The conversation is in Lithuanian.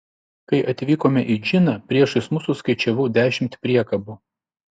kai atvykome į džiną priešais mus suskaičiavau dešimt priekabų